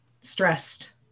stressed